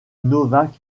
novak